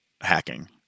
hacking